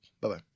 Bye-bye